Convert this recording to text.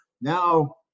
now